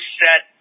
set